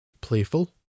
playful